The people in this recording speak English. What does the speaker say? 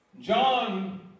John